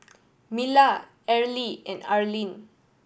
Mila Areli and Arleen